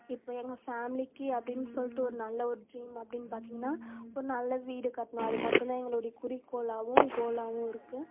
இப்போ எங்கள் ஃபேமிலிக்கு அப்படின்னு சொல்லிவிட்டு ஒரு நல்ல ஒரு ட்ரீம் அப்படின்னு பார்த்தீங்கன்னா ஒரு நல்ல வீடு கட்டணும் அது மட்டுந்தான் எங்களுடைய குறிக்கோளாகவும் கோலாகவும் இருக்குது